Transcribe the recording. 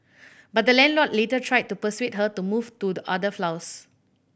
but the landlord later tried to persuade her to move to the other floors